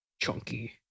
Chunky